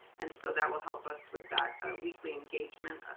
and so that will help us with that weekly engagement. ah